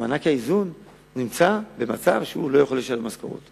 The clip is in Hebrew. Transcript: במענק האיזון הוא נקלע למצב שהוא לא יכול לשלם משכורות.